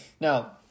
Now